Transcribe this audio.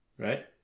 right